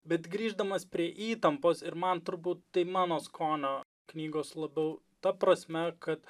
bet grįždamas prie įtampos ir man turbūt tai mano skonio knygos labiau ta prasme kad